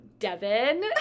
Devin